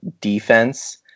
defense